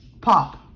pop